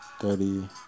thirty